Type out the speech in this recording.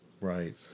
Right